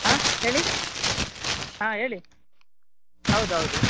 ಆ ಹೇಳಿ ಆ ಹೇಳಿ ಹೌದ್ ಹೌದು